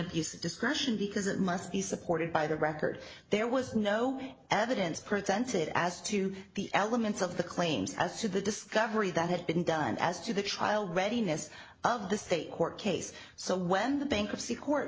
abuse of discretion because it must be supported by the record there was no evidence presented as to the elements of the claims as to the discovery that had been done as to the trial readiness of the state court case so when the bankruptcy court